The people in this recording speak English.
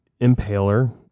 Impaler